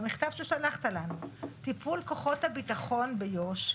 במכתב ששלחת לנו: טיפול כוחות הביטחון ביו"ש,